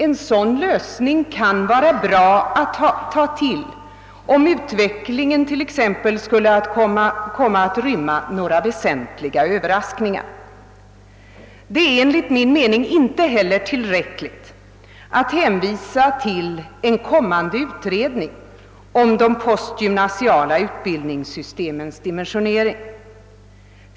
En sådan ökning kan vara bra att ta till, om utvecklingen t.ex. skulle komma att rymma några väsentliga öÖöverraskningar. Det är enligt min mening inte heller tillräckligt att hänvisa till en kommande utredning om de postgymnasiala utbildningssystemens dimensionering.